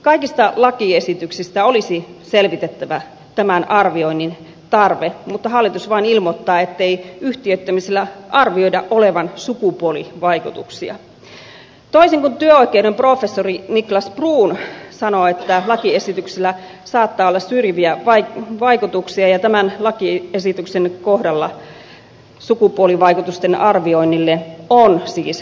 kaikista lakiesityksistä olisi selvitettävä tämän arvioinnin tarve mutta hallitus vain ilmoittaa ettei yhtiöittämisellä arvioida olevan sukupuolivaikutuksia toisin kuin työoikeuden professori niklas bruun sanoo että lakiesityksellä saattaa olla syrjiviä vaikutuksia ja tämän lakiesityksen kohdalla sukupuolivaikutusten arvioinnille on siis tarvetta